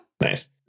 Nice